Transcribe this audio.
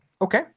okay